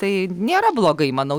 tai nėra blogai manau